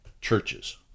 churches